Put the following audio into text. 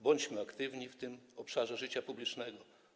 Bądźmy aktywni w tym obszarze życia publicznego.